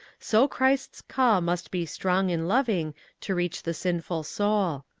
so christ's call must be strong and loving to reach the sinful soul.